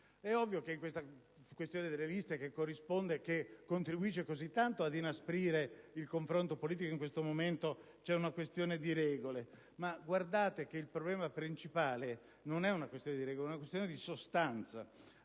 È ovvio che dietro la questione delle liste, che contribuisce così tanto ad inasprire il confronto politico in questo momento, vi è una questione di regole; ma guardate che il problema principale non è una questione di regole, bensì di sostanza.